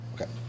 Okay